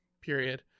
period